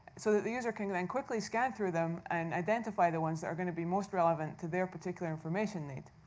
so that the user can and and quickly scan through them and identify the ones that are going to be most relevant to their particular information need.